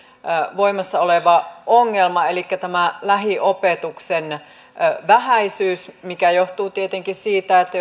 voimassa oleva ongelma elikkä tämä lähiopetuksen vähäisyys joka johtuu tietenkin siitä että